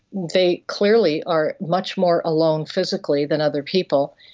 they clearly are much more alone physically than other people,